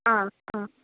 आं आं